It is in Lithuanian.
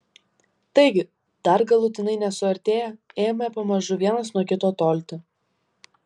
taigi dar galutinai nesuartėję ėmė pamažu vienas nuo kito tolti